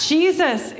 Jesus